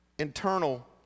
Internal